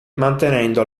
mantenendo